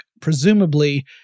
Presumably